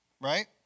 right